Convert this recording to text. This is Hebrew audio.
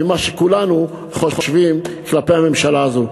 ממה שכולנו חושבים כלפי הממשלה הזאת.